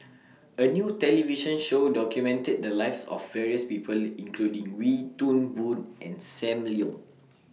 A New television Show documented The Lives of various People including Wee Toon Boon and SAM Leong